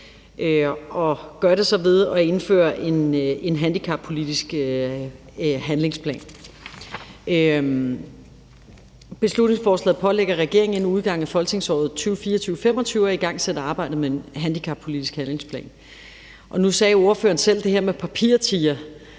at det foreslås at indføre en handicappolitisk handlingsplan. Beslutningsforslaget pålægger regeringen inden udgangen af folketingsåret 2024-25 at igangsætte arbejdet med en handicappolitisk handlingsplan. Nu sagde ordføreren selv det her med papirtigre